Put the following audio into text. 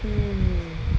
mm